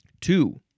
Two